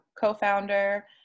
co-founder